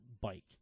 bike